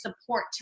support